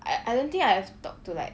I I don't think I have talked to like